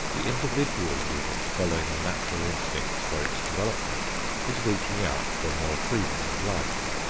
the individual unit following the natural instincts for its development is reaching out for more freedom and life.